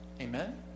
Amen